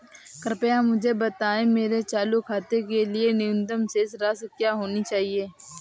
कृपया मुझे बताएं मेरे चालू खाते के लिए न्यूनतम शेष राशि क्या होनी चाहिए?